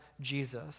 Jesus